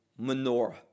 menorah